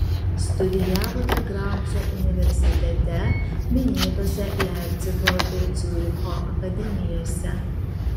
studijavote graco universitete minėtose leipcigo ir ciuricho akademijose